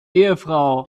ehefrau